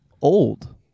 old